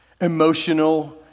emotional